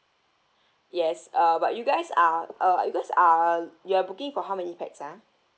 yes uh but you guys are uh you guys are uh you're booking for how many pax ah